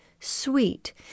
sweet